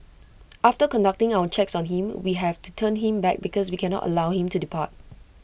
after conducting our checks on him we have to turn him back because we cannot allow him to depart